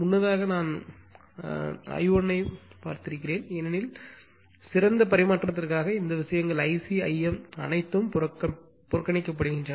முன்னதாக நான் I1 ஐ பார்த்தேன் ஏனெனில் சிறந்த பரிமாற்றத்திற்காக இந்த விஷயங்கள்IcIm அனைத்தும் புறக்கணிக்கப்படுகின்றன